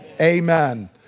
Amen